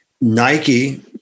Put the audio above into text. Nike